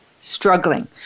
struggling